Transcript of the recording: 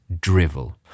drivel